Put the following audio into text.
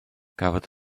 cafodd